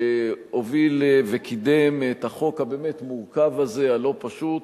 שהוביל וקידם את החוק הבאמת-מורכב הזה, הלא-פשוט,